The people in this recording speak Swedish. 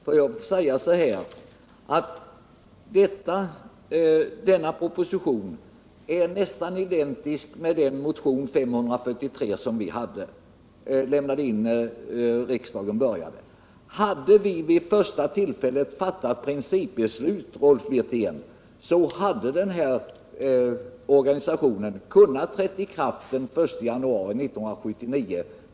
Herr talman! Denna proposition är nästan identisk med vår motion 543, som vi väckte vid årets början. Om vi vid första tillfälle fattat principbeslut om denna, Rolf Wirtén, hade den nya organisationen kunnat träda i kraft den 1 januari 1979.